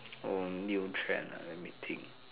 oh new trend uh let me think